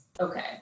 Okay